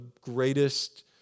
greatest